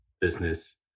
business